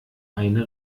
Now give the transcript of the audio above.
eine